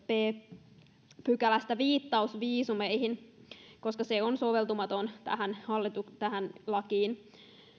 b pykälästä viittaus viisumeihin koska se on soveltumaton tähän lakiin